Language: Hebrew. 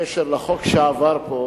בקשר לחוק שעבר פה,